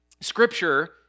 Scripture